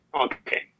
Okay